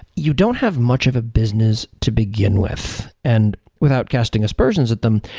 you don't have much of a business to begin with. and without casting aspersions with them,